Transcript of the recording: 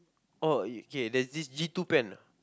oh K there's this G two pen ah